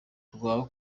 rwo